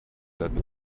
that